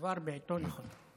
דבר בעיתו, נכון.